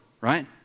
right